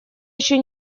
еще